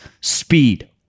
speed